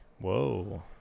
Whoa